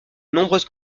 nombreuses